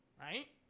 right